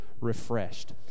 refreshed